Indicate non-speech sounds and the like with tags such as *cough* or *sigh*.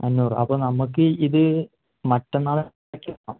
അഞ്ഞൂറ് അപ്പോൾ നമ്മൾക്ക് ഇത് മറ്റന്നാളേക്ക് *unintelligible*